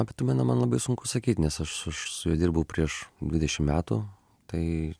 apie tuminą man labai sunku sakyt nes aš aš su juo dirbau prieš dvidešim metų tai